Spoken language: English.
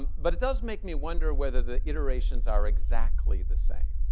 um but it does make me wonder whether the iterations are exactly the same.